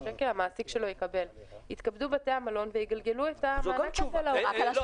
המעסיק שלו יקבל 7,500. יתכבדו בתי המלון ויגלגלו את המענק הזה לעובדים.